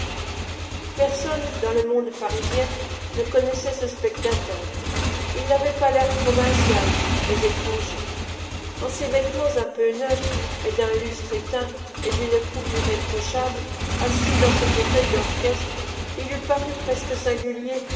personne dans le monde parisien ne connaissait ce spectateur il n'avait pas l'air provincial mais étranger en ses vêtements un peu neufs mais d'un lustre éteint et d'une coupe irréprochable assis dans ce fauteuil d'orchestre il eût paru presque singulier